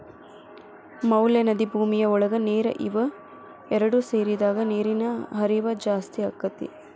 ಮ್ಯಾಲ ನದಿ ಭೂಮಿಯ ಒಳಗ ನೇರ ಇವ ಎರಡು ಸೇರಿದಾಗ ನೇರಿನ ಹರಿವ ಜಾಸ್ತಿ ಅಕ್ಕತಿ